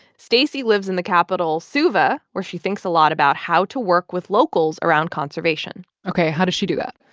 stacy lives in the capital suva, where she thinks a lot about how to work with locals around conservation ok, how does she do that?